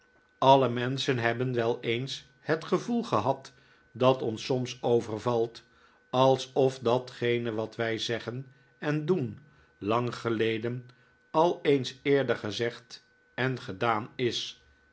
alle menschen hebben wel eens het gevoel gehad dat ons soms overvalt alsof datgene wat wij zeggen en doen lang geleden al eens eerder gezegd en gedaan is